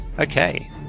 Okay